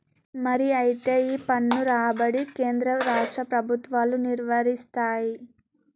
మరి అయితే ఈ పన్ను రాబడి కేంద్ర రాష్ట్ర ప్రభుత్వాలు నిర్వరిస్తాయి